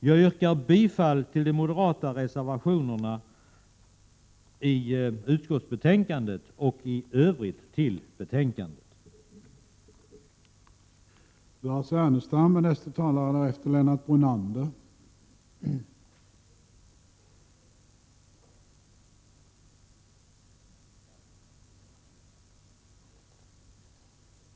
Jag yrkar bifall till de moderata reservationerna som är fogade till betänkandet och i övrigt till utskottets hemställan.